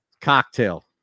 Cocktail